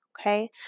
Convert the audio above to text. Okay